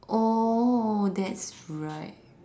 oh that's right